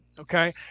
Okay